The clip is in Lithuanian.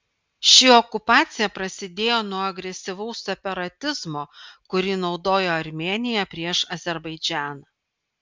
ši okupacija prasidėjo nuo agresyvaus separatizmo kurį naudojo armėnija prieš azerbaidžaną